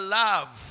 love